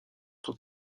tant